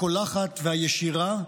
הקולחת והישירה,